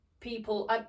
people